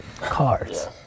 Cards